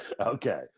Okay